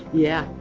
yeah.